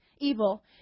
evil